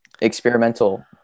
experimental